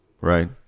Right